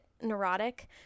neurotic